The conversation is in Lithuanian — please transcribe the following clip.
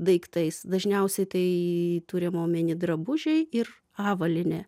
daiktais dažniausiai tai turima omeny drabužiai ir avalynė